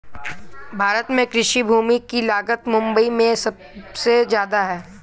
भारत में कृषि भूमि की लागत मुबई में सुबसे जादा है